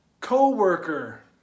co-worker